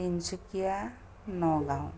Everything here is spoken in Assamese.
তিনিচুকীয়া নগাঁও